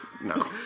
No